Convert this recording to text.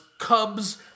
Cubs